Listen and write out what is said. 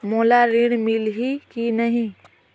मोला ऋण मिलही की नहीं?